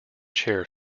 chair